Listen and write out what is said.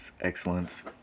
Excellence